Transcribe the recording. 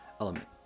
element